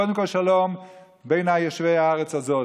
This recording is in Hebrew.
קודם כול שלום בין יושבי הארץ הזאת,